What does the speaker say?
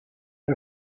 now